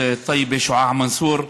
שועאע מנצור,